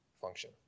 function